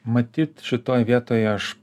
matyt šitoj vietoj aš